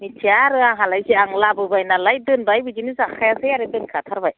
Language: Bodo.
मिथिया आरो आंहालाय आं लाबोबाय नालाय दोबाय बिदिनो जाखायासै आरो दोनखाथारबाय